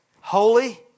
holy